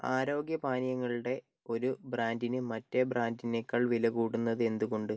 ആരോഗ്യ പാനീയങ്ങളുടെ ഒരു ബ്രാൻഡിന് മറ്റേ ബ്രാൻഡിനേക്കാൾ വില കൂടുന്നത് എന്തുകൊണ്ട്